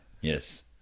Yes